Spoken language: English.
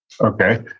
Okay